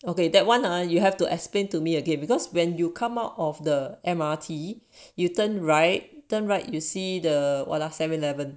okay that one lah you have to explain to me okay because when you come out of the M_R_T you turn right turn right you see the what ah seven eleven